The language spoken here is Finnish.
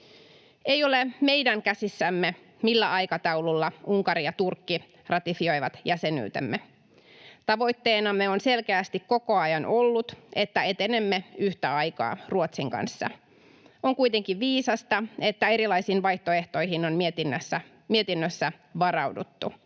Ei ole meidän käsissämme, millä aikataululla Unkari ja Turkki ratifioivat jäsenyytemme. Tavoitteenamme on selkeästi koko ajan ollut, että etenemme yhtä aikaa Ruotsin kanssa. On kuitenkin viisasta, että erilaisiin vaihtoehtoihin on mietinnössä varauduttu.